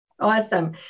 Awesome